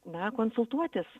na konsultuotis